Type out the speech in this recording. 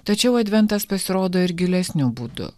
tačiau adventas pasirodo ir gilesniu būdu